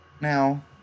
now